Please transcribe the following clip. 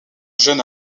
jeune